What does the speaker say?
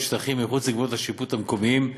שטחים מחוץ לגבולות השיפוט המקומיים,